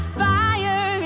fire